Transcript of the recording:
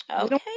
Okay